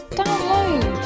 download